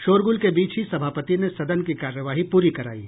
शोरगुल के बीच ही सभापति ने सदन की कार्यवाही पूरी करायी